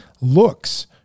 looks